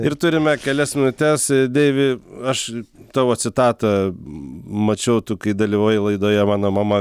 ir turime kelias minutes deivi aš tavo citatą mačiau tu kai dalyvavai laidoje mano mama